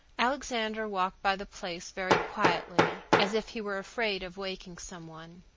alexander walked by the place very quietly, as if he were afraid of waking some one.